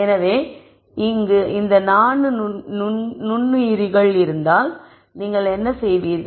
எனவே இந்த 4 நுண்ணுயிரிகள் இருந்தால் நீங்கள் என்ன செய்வீர்கள்